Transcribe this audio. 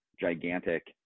gigantic